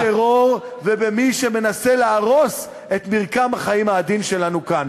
הטרור ומי שמנסה להרוס את מרקם החיים העדין שלנו כאן.